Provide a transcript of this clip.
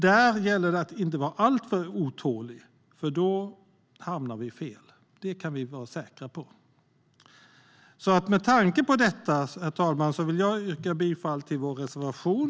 Det gäller att inte vara för otålig, för då hamnar vi fel. Det kan vi vara säkra på. Herr talman! Jag yrkar bifall till vår reservation.